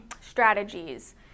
strategies